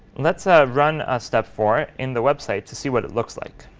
let's ah run ah step four in the website to see what it looks like.